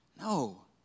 No